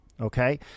okay